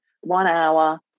one-hour